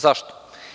Zašto?